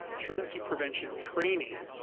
truancy prevention training,